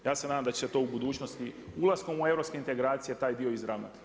Ja se nadam da će se to u budućnosti, ulaskom u europske integracije, taj dio izravnati.